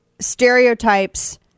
stereotypes